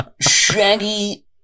Shaggy